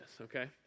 okay